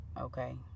Okay